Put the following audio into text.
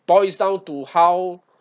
boils down to how